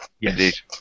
Yes